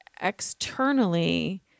externally